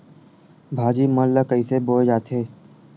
भाजी मन ला कइसे बोए जाथे?